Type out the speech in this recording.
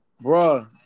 bro